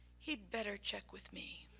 he'd better check with me.